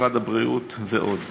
משרד הבריאות ועוד.